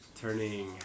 turning